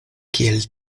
kiel